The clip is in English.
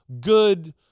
good –